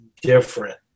different